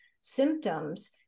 symptoms